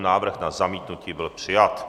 Návrh na zamítnutí byl přijat.